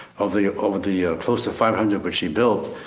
of the of the close to five hundred which he built,